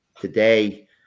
today